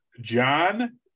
John